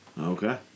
Okay